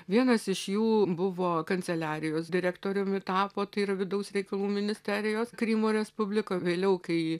vienas iš jų buvo kanceliarijos direktoriumi tapo tai yra vidaus reikalų ministerijos krymo respublikoj vėliau kai